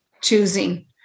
choosing